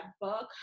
book